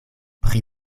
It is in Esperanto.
pri